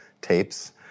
tapes